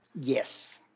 Yes